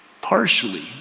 partially